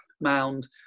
mound